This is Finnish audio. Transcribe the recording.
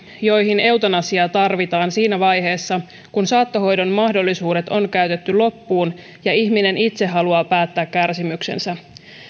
joihin eutanasiaa tarvitaan siinä vaiheessa kun saattohoidon mahdollisuudet on käytetty loppuun ja ihminen itse haluaa päättää kärsimyksensä